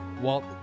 Walt